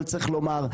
אבל צריך לומר,